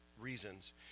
reasons